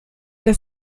das